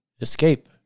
escape